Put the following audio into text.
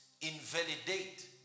invalidate